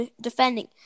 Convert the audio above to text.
defending